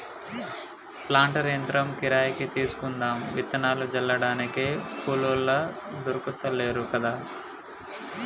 planter యంత్రం కిరాయికి తీసుకుందాం విత్తనాలు జల్లడానికి కూలోళ్లు దొర్కుతలేరు కదా